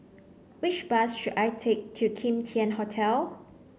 which bus should I take to Kim Tian Hotel